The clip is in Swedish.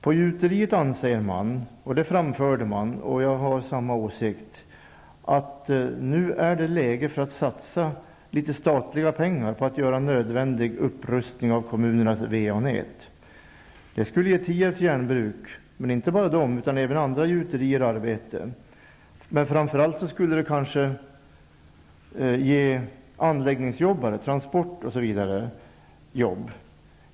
På gjuteriet anser man -- och jag är av samma åsikt -- att det nu är läge för att satsa litet statliga pengar på att genomföra en nödvändig upprustning av kommunernas va-nät. Det skulle ge Tierps järnbruk, men även andra gjuterier, arbete. Framför allt skulle det ge arbete åt anläggningsjobbare, transportarbetare och andra.